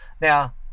now